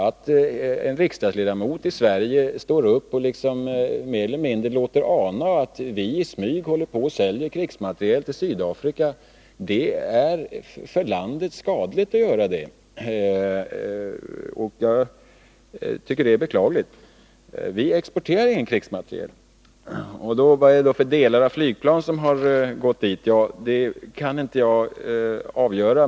Att en riksdagsledamot i Sverige liksom mer eller mindre låter ana att vi i smyg håller på och säljer krigsmateriel till Sydafrika, är för landet skadligt. Jag tycker att det är beklagligt. Vi exporterar inte någon krigsmateriel till Sydafrika. Vad är det då för flygplansdelar som har gått dit? Det kan jag inte nu avgöra.